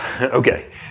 Okay